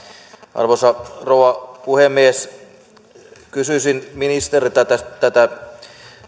arvoisa rouva puhemies kysyisin ministeriltä tätä